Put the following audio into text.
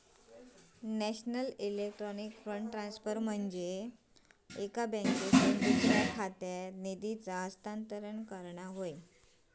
national electronic fund transfer म्हनजे एका बँकेतसून दुसऱ्या खात्यात निधीचा हस्तांतरण करणा होय